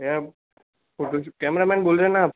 camera मैंन बोल रहे है ना आप